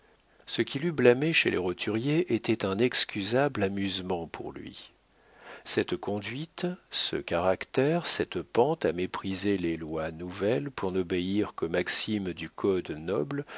ce qu'il eût blâmé chez les roturiers était un excusable amusement pour lui cette conduite ce caractère cette pente à mépriser les lois nouvelles pour n'obéir qu'aux maximes du code noble